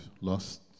lost